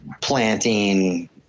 planting